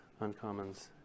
Uncommons